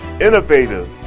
innovative